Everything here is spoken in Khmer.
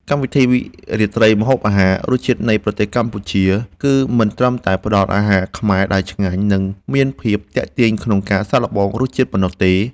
កម្មវិធីរាត្រីម្ហូបអាហារ “រសជាតិនៃប្រទេសកម្ពុជា” គឺមិនត្រឹមតែផ្តល់អាហារខ្មែរដែលឆ្ងាញ់ និងមានភាពទាក់ទាញក្នុងការសាកល្បងរសជាតិប៉ុណ្ណោះទេ